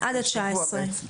עושים בדיקות